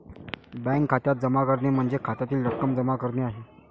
bank खात्यात जमा करणे म्हणजे खात्यातील रक्कम जमा करणे आहे